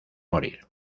morir